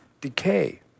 decay